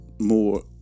more